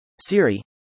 Siri